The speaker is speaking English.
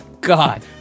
God